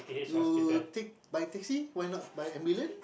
you take by taxi why not by ambulance